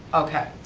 okay.